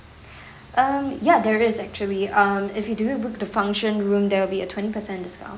um ya there is actually um if you do book the function room there will be a twenty percent discount